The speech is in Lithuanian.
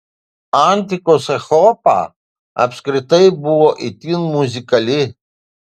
antikos epocha apskritai buvo itin muzikali